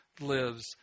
lives